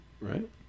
Right